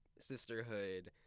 sisterhood